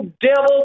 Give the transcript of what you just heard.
devil